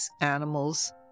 animals